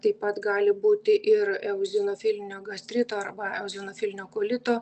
taip pat gali būti ir eozinofilinio gastrito arba eozinofilinio kolito